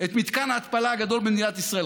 את מתקן ההתפלה הגדול במדינת ישראל,